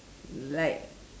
like